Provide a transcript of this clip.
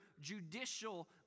judicial